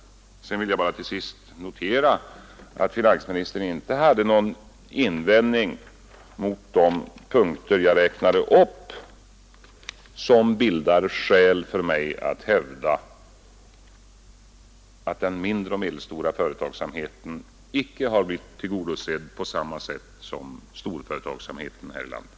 Till sist vill jag bara notera att finansministern inte hade någon invändning mot de punkter jag räknade upp, som utgör skäl för mig att hävda att den mindre och medelstora företagsamheten icke har blivit tillgodosedd på samma sätt som storföretagsamheten här i landet.